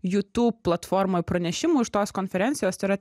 youtube platformoj pranešimų iš tos konferencijos tai yra